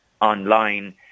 online